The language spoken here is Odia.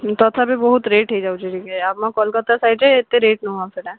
ତଥାପି ବହୁତ ରେଟ୍ ହୋଇଯାଉଛି ଟିକିଏ ଆମ କଲକତା ସାଇଡ଼୍ରେ ଏତେ ରେଟ୍ ନୁହଁ ସେଇଟା